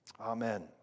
Amen